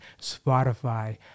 spotify